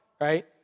right